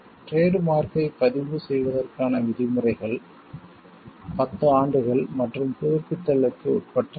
trade மார்க்யை பதிவு செய்வதற்கான விதிமுறைகள் 10 ஆண்டுகள் மற்றும் புதுப்பித்தலுக்கு உட்பட்டது